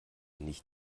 nicht